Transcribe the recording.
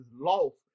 lost